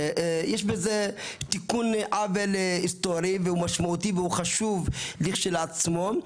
שיש בזה תיקון עוול היסטורי והוא משמעותי והוא חשוב לכשלעצמו,